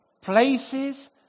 places